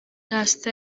rasta